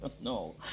No